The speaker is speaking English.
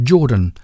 Jordan